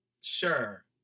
Sure